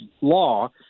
law